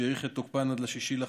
שהאריך את תוקפן עד 6 במאי,